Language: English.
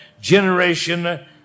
generation